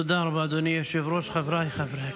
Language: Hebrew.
ה' עוזר למי שעוזר לעצמו.